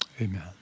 Amen